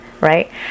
right